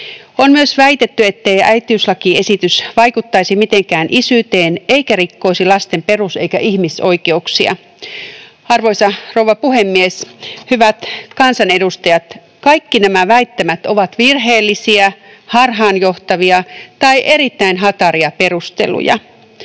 On myös väitetty, ettei äitiyslakiesitys vaikuttaisi mitenkään isyyteen eikä rikkoisi lasten perus- ja ihmisoikeuksia. Arvoisa rouva puhemies! Hyvät kansanedustajat! Kaikki nämä väittämät ovat virheellisiä, harhaanjohtavia tai erittäin hataria perusteluja.